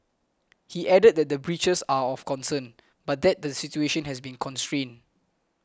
he added that the breaches are of concern but that the situation has been contained